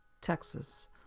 Texas